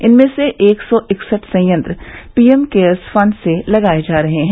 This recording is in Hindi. इनमें से एक सौ इकसठ संयंत्र पीएम केयर्स फण्ड से लगाये जा रहे हैं